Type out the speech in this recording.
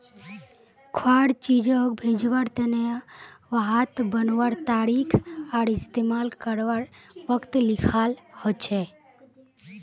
खवार चीजोग भेज्वार तने वहात बनवार तारीख आर इस्तेमाल कारवार वक़्त लिखाल होचे